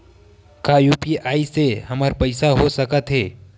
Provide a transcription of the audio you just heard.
का यू.पी.आई से हमर पईसा हो सकत हे?